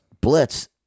blitz